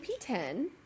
P10